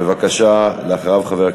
ביחד.